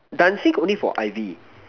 dancing only for I_V